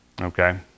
Okay